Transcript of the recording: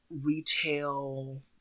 retail